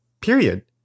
period